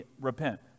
repent